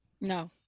No